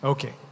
Okay